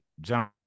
John